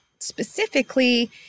specifically